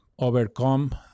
overcome